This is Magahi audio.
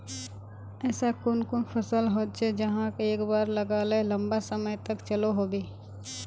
ऐसा कुन कुन फसल होचे जहाक एक बार लगाले लंबा समय तक चलो होबे?